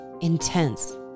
intense